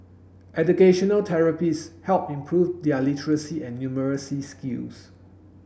educational therapists helped improve their literacy and numeracy skills